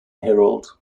herald